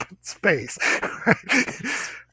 space